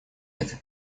этой